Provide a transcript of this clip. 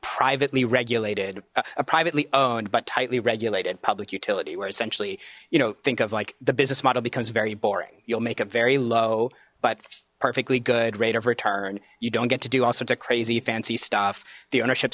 privately regulated a privately owned but tightly regulated public utility where essentially you know think of like the business model becomes very boring you'll make a very low but perfectly good rate of return you don't get to do all sorts of crazy fancy stuff the ownership